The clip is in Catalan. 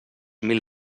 mil